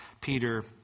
Peter